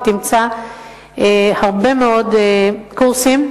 ותמצא הרבה מאוד קורסים,